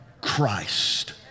Christ